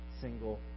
single